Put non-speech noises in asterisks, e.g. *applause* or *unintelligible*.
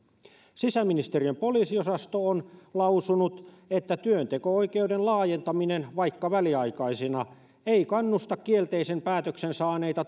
sisäministeriön poliisiosasto on lausunut että työnteko oikeuden laajentaminen vaikka väliaikaisena ei kannusta kielteisen päätöksen saaneita *unintelligible*